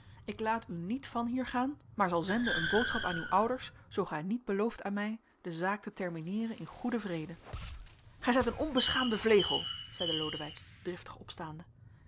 ik laat u niet van hier gaan maar zal zenden een boodschap aan uw ouders zoo gij niet belooft aan mij de zaak te termineeren in goeden vrede gij zijt een onbeschaamde vlegel zeide lodewijk driftig opstaande